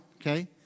okay